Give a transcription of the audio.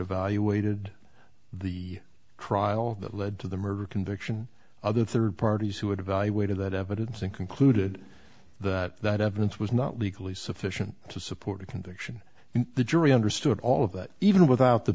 evaluated crile that led to the murder conviction other third parties who had evaluated that evidence and concluded that that evidence was not legally sufficient to support a conviction and the jury understood all of that even without the